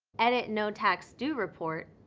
edit no tax due report,